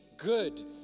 Good